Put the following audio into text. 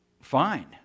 Fine